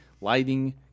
lighting